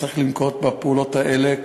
צריך לנקוט את הפעולות האלה,